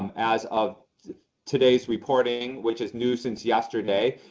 as of today's reporting, which is new since yesterday,